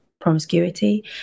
promiscuity